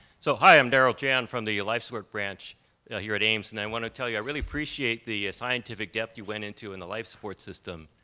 so hi, i'm darrell jan. from the life support branch here at ames, and i want to tell you, i really appreciate the scientific depth you went into in the life-support system.